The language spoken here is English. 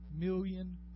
million